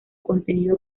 contenido